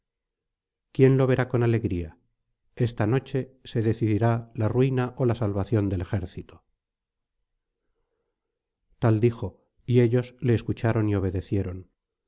quién lo verá con alegría esta noche se decidirá la ruina ó la salvación del ejército tal dijo y ellos le escucharon y obedecieron